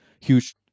huge